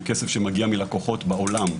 הוא כסף שמגיע מלקוחות בעולם,